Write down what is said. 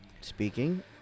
speaking